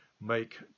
make